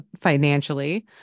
financially